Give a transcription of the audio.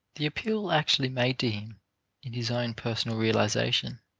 the appeal actually made to him in his own personal realization